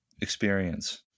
experience